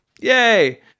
Yay